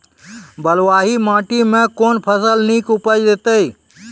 बलूआही माटि मे कून फसल नीक उपज देतै?